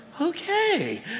okay